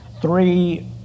three